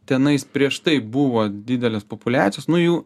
tenais prieš tai buvo didelės populiacijos nu jų